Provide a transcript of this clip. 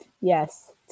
Yes